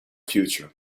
future